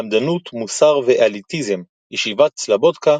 למדנות מוסר ואליטיזם ישיבת סלבודקה